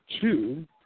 two